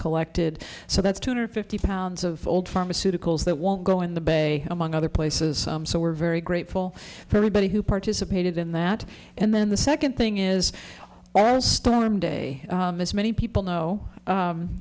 collected so that's two hundred fifty pounds of gold pharmaceuticals that won't go in the bay among other places so we're very grateful for everybody who participated in that and then the second thing is all storm day as many people know